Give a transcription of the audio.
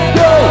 go